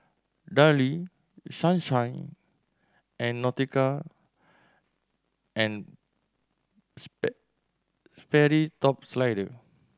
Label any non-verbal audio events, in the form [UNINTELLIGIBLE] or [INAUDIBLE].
Darlie Sunshine and Nautica and [UNINTELLIGIBLE] Sperry Top Slider